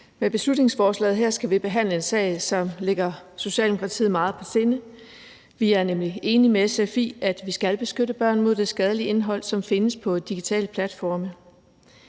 Med beslutningsforslaget her skal vi behandle en sag, som ligger Socialdemokratiet meget på sinde. Vi er nemlig enige med SF i, at vi skal beskytte børn mod det skadelige indhold, som findes på digitale platforme.